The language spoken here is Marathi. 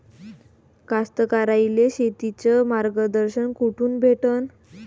कास्तकाराइले शेतीचं मार्गदर्शन कुठून भेटन?